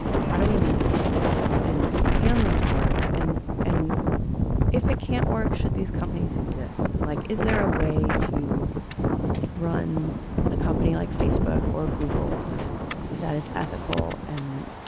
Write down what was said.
how do we make this work and can this work? and and if it can't work, should these companies exist? like, is there a way to run a company like facebook or google that is ethical and